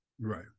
right